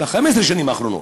ב-15 השנים האחרונות,